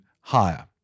higher